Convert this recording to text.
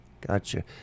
gotcha